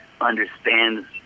understands